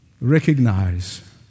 recognize